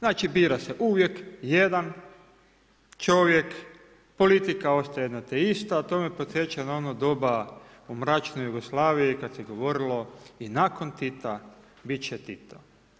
Znači bira se uvijek jedan čovjek, politika ostaje jedna te ista, a to me podsjeća na ono doba u mračnoj Jugoslaviji kad se govorilo „I nakon Tita, bit će Tito“